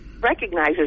recognizes